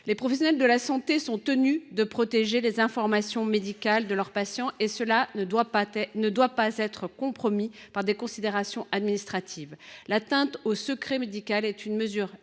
les professionnels de santé sont tenus de protéger les informations médicales de leurs patients, et cela ne doit pas être compromis par des considérations administratives. L’atteinte au secret médical est une mesure